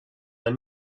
are